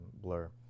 blur